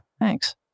Thanks